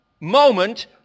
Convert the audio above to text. moment